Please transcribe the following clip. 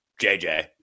JJ